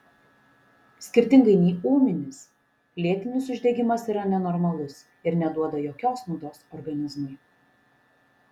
skirtingai nei ūminis lėtinis uždegimas yra nenormalus ir neduoda jokios naudos organizmui